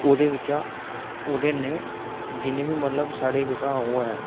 ओहदे बिच्चा ओहदे कन्नै जिने बी मतलब साढ़े जेहका ओह् ऐ